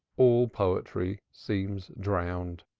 all poetry seems drowned.